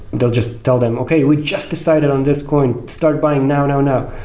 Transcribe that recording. they'll just tell them, okay, we just decided on this coin. start buying now, now, now.